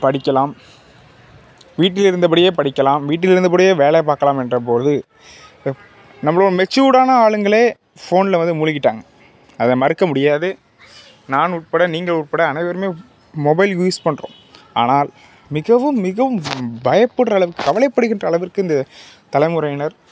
படிக்கலாம் வீட்டில் இருந்தபடியே படிக்கலாம் வீட்டில் இருந்தபடியே வேலை பார்க்கலாம் என்ற போது நம்மளோ மெச்சூடான ஆளுங்களே ஃபோனில் வந்து முழுகிவிட்டாங்க அதை மறுக்க முடியாது நான் உட்பட நீங்கள் உட்பட அனைவருமே மொபைல் யூஸ் பண்ணுறோம் ஆனால் மிகவும் மிகவும் பயப்படுற அளவுக்கு கவலைப்படுகின்ற அளவிற்கு இந்த தலைமுறையினர்